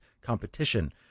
competition